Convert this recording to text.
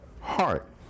Heart